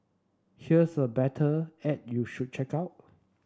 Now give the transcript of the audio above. here's a better ad you should check out